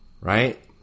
right